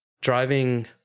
driving